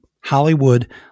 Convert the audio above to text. Hollywood